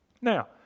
Now